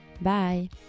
Bye